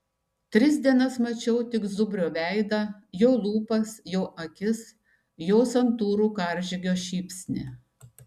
tris dienas mačiau tik zubrio veidą jo lūpas jo akis jo santūrų karžygio šypsnį